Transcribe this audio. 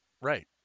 right